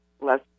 less